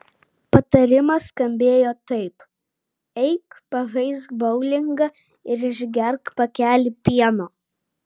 patarimas skambėjo taip eik pažaisk boulingą ir išgerk pakelį pieno